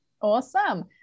Awesome